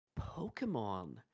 Pokemon